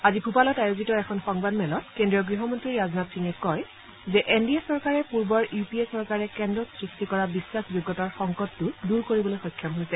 আজি ভূপালত আয়োজিত এখন সংবাদমেলত কেন্দ্ৰীয় গৃহমন্ত্ৰী ৰাজনাথ সিঙে কয় যে এন ডি এ চৰকাৰে পূৰ্বৰ ইউ পি এ চৰকাৰে কেন্দ্ৰত সৃষ্টি কৰা বিশ্বাসযোগ্যতাৰ সংকটতো দূৰ কৰিবলৈ সক্ষম হৈছে